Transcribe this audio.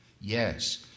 Yes